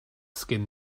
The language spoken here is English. skin